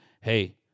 hey